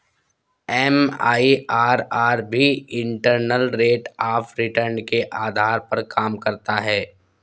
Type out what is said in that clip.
MIRR भी internal rate of return के आधार पर काम करता है